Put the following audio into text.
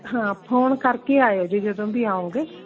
ਹਾਂ ਫੋਨ ਕਰਕੇ ਆਇਓ ਜੀ ਜਦੋਂ ਵੀ ਆਓਂਗੇ